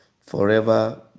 forever